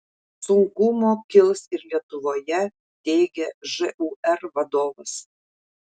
sunkumų kils ir lietuvoje teigia žūr vadovas